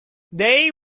they